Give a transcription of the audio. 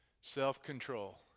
Self-control